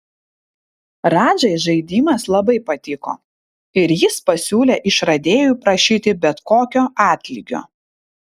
radžai žaidimas labai patiko ir jis pasiūlė išradėjui prašyti bet kokio atlygio